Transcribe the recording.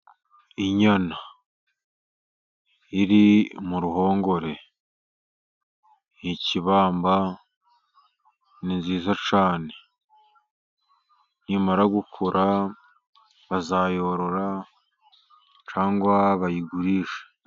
Inyana iri mu ruhongore, ni kibamba ni nziza cyane nimara gukura bazayorora, cyangwa bayigurishe.